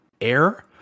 air